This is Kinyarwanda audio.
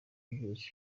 byose